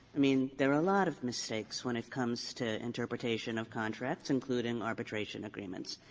i mean, there are a lot of mistakes when it comes to interpretation of contracts, including arbitration agreements.